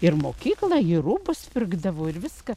ir mokyklą ir rūbus pirkdavo ir viską